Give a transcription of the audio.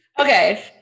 Okay